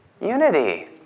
Unity